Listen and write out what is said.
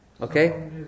Okay